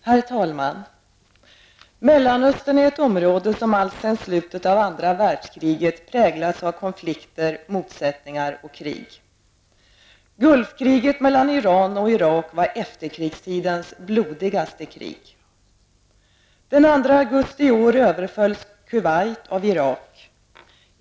Herr talman! Mellanöstern är ett område som alltsedan slutet av andra världskriget har präglats av konflikter, motsättningar och krig. Gulfkriget mellan Iran och Irak var efterkrigstidens blodigaste krig. Den 2 augusti i år överfölls Kuwait av Irak.